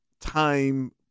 time